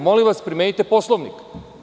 Molim vas, primenite Poslovnik.